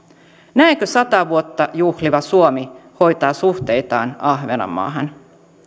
näinkö sataa vuotta juhliva suomi hoitaa suhteitaan ahvenanmaahan